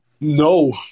No